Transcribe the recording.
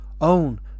own